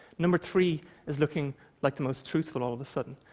number three is looking like the most truthful all of a sudden,